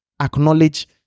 acknowledge